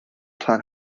plan